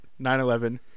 9-11